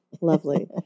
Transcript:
Lovely